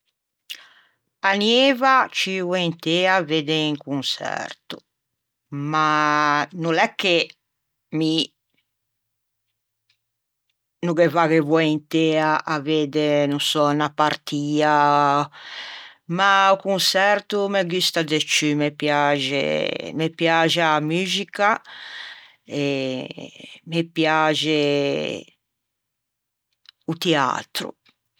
anieiva ciù voentea a vedde un conçerto ma no l'é che mi no ghe vadde voentea a vedde no sò unna partia, ma o conçerto o me gusta de ciù me piaxe me piaxe a muxica e me piaxe o tiatro